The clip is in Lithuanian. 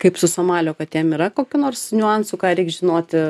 kaip su somalio katėm yra kokių nors niuansų ką reik žinoti